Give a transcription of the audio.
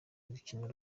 rukino